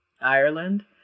Ireland